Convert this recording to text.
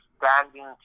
standing